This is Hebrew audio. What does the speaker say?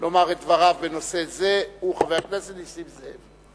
לומר את דבריו בנושא זה הוא חבר הכנסת נסים זאב.